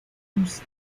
rusia